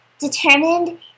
determined